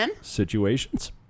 situations